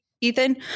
Ethan